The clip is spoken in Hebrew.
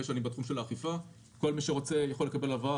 שנים בתחום האכיפה כל מי שרוצה יכול לקבל הלוואה,